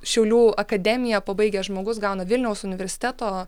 šiaulių akademiją pabaigęs žmogus gauna vilniaus universiteto